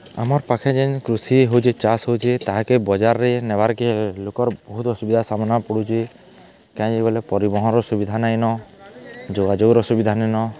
ଆମର୍ ପାଖେ ଯେନ୍ କୃଷି ହଉଚେ ଚାଷ୍ ହଉଚେ ତାହାକେ ବଜାର୍ରେ ନେବାର୍କେ ଲୋକର୍ ବହୁତ୍ ଅସୁବିଧା ସାମ୍ନା ପଡ଼ୁଚେ କାଏଁଯେ ବେଲେ ପରିବହନ୍ର ସୁବିଧା ନାଇଁନ ଯୋଗାଯୋଗର ସୁବିଧା ନାଇଁନ